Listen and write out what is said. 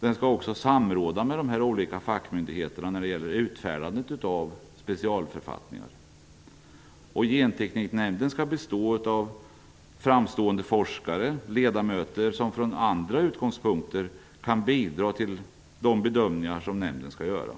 Den skall också samråda med de olika fackmyndigheterna när det gäller utfärdandet av specialförfattningar. Gentekniknämnden skall bestå av framstående forskare och ledamöter som från andra utgångspunkter kan bidra till de bedömningar som nämnden skall göra.